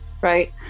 right